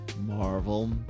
marvel